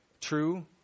true